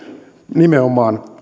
nimenomaan